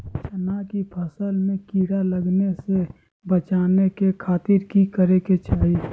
चना की फसल में कीड़ा लगने से बचाने के खातिर की करे के चाही?